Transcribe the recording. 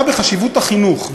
בחשיבות החינוך,